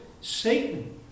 Satan